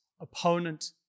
opponent